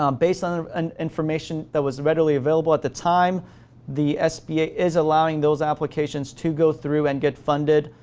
um based on and information that was readily available at the time the sba is allowing those applications to go through and get funded,